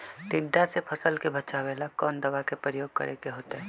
टिड्डा से फसल के बचावेला कौन दावा के प्रयोग करके होतै?